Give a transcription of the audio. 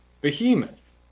behemoth